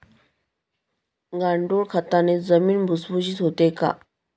गांडूळ खताने जमीन भुसभुशीत होते का?